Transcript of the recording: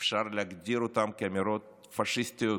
אפשר להגדיר כאמירות פשיסטיות,